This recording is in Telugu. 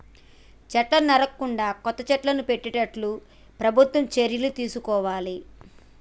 చెట్లను నరకకుండా కొత్త చెట్లను పెట్టేట్టు ప్రభుత్వం చర్యలు తీసుకోవాలి